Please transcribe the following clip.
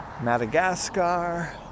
Madagascar